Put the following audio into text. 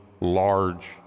large